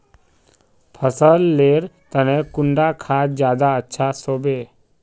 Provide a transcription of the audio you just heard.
फसल लेर तने कुंडा खाद ज्यादा अच्छा सोबे?